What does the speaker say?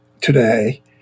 today